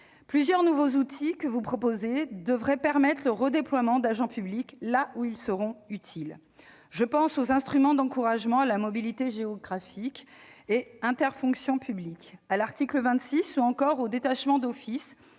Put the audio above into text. Plusieurs nouveaux outils que vous proposez devraient permettre le redéploiement d'agents publics là où ils seront utiles : je pense aux instruments d'encouragement à la mobilité géographique et à l'intérieur de la fonction publique, prévus à l'article 26, ou encore au détachement d'office,